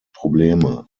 probleme